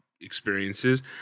experiences